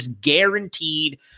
guaranteed